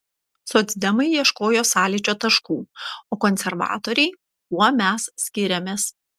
socdemai ieškojo sąlyčio taškų o konservatoriai kuo mes skiriamės